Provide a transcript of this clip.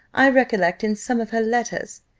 i recollect, in some of her letters.